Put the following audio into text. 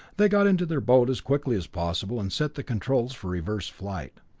they got into their boat as quickly as possible, and set the controls for reverse flight.